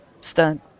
Stunt